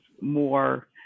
more